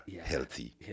healthy